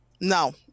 No